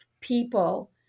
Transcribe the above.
people